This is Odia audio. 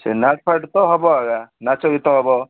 ସେ ନାଚ୍ପାଠ୍ ତ ହେବ ଏକା ନାଚ ଗୀତ ହେବ